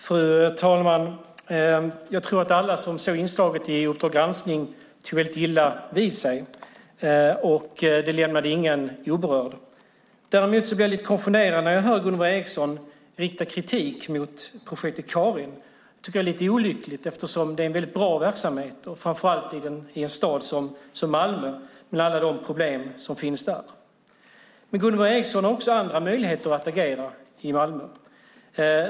Fru talman! Jag tror att alla som såg inslaget i Uppdrag granskning tog väldigt illa vid sig. Det lämnade ingen oberörd. Däremot blir jag lite konfunderad när jag hör Gunvor G Ericson rikta kritik mot Projektet Karin. Jag tycker att det är lite olyckligt eftersom det är en väldigt bra verksamhet, framför allt i en stad som Malmö med alla de problem som finns där. Men Gunvor Ericson har möjligheter att agera i Malmö.